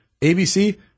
ABC